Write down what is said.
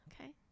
okay